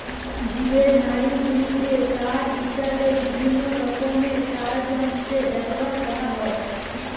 জীবের নাড়িভুঁড়িকে তার হিসাবে বিভিন্নরকমের তারযন্ত্রে ব্যাভার কোরা হয়